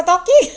you're talking